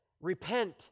Repent